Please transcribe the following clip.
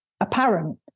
apparent